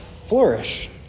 flourish